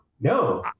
No